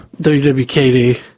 WWKD